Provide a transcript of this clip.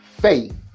faith